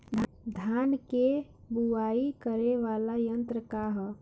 धान के बुवाई करे वाला यत्र का ह?